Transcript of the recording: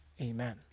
Amen